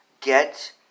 get